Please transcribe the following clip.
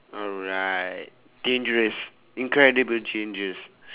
alright dangerous incredible changes